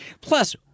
Plus